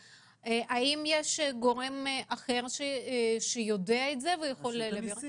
האם יש גורם אחר שיודע את זה ויכול לתת את הנתונים?